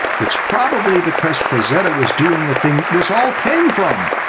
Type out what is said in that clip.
it's probably because frazetta was doing the thing this all came from.